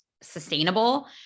sustainable